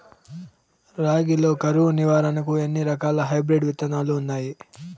రాగి లో కరువు నివారణకు ఎన్ని రకాల హైబ్రిడ్ విత్తనాలు ఉన్నాయి